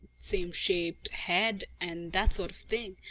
same shaped head and that sort of thing.